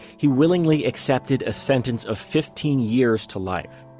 he willingly accepted a sentence of fifteen years to life